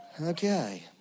Okay